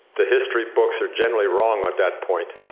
the history books are generally wrong at that point. a